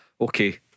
okay